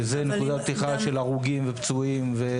וזאת נקודת פתיחה של הרוגים ופצועים.